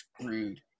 screwed